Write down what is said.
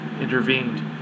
intervened